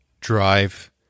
drive